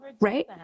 Right